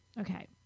Okay